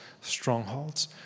strongholds